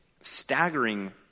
staggering